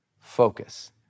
focus